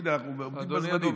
הינה, אנחנו עומדים בזמנים.